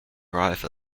arrival